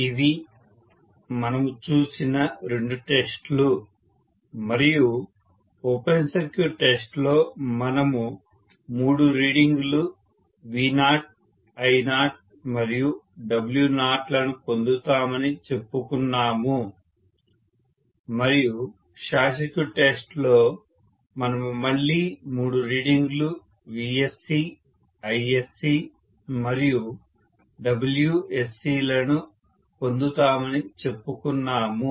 ఇవి మనము చూసిన రెండు టెస్ట్ లు మరియు ఓపెన్ సర్క్యూట్ టెస్ట్ లో మనము మూడు రీడింగులు V0 I0 మరియు W0 లను పొందుతామని చెప్పుకున్నాము మరియు షార్ట్ సర్క్యూట్ టెస్ట్ లో మనము మళ్ళీ మూడు రీడింగులు VSC ISC మరియు WSC లను పొందుతామని చెప్పుకున్నాము